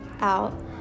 out